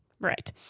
Right